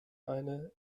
eine